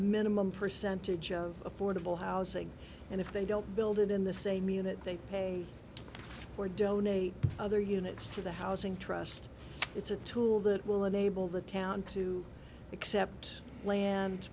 minimum percentage of affordable housing and if they don't build it in the same unit they pay or donate other units to the housing trust it's a tool that will enable the town to accept land